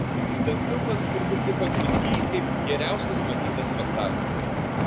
tartiufas turbūt liko atmintyj kaip geriausias matytas spektaklis